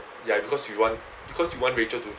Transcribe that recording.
ya because you want because you want rachel to